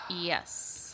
Yes